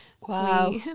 Wow